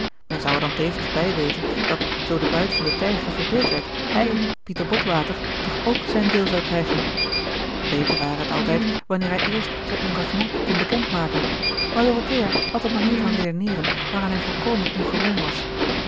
men zou er dan tevens bij weten dat zoo de buit van den tijger verdeeld werd hij pieter botwater toch ook zijn deel zou krijgen beter ware het altijd wanneer hij eerst eens zijn engagement kon bekend maken maar dorothea had een manier van redeneeren waaraan hij volkomen ongewoon was